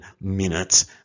minutes